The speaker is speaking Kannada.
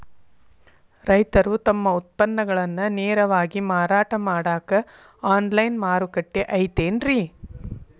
ರೈತರು ತಮ್ಮ ಉತ್ಪನ್ನಗಳನ್ನ ನೇರವಾಗಿ ಮಾರಾಟ ಮಾಡಾಕ ಆನ್ಲೈನ್ ಮಾರುಕಟ್ಟೆ ಐತೇನ್ರಿ?